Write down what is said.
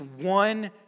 one